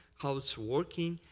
how it's working,